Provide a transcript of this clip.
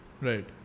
right